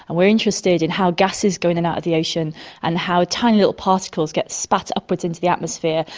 and we are interested in how gases go in and out of the ocean and how tiny little particles get spat upwards into the atmosphere.